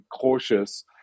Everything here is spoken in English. cautious